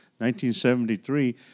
1973